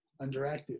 underactive